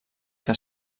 que